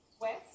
West